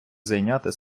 зайняти